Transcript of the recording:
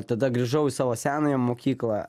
tada grįžau į savo senąją mokyklą